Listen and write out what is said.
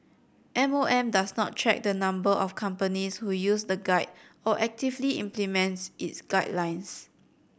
M O M does not track the number of companies who use the guide or actively implement its guidelines